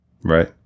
Right